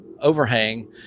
overhang